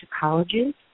colleges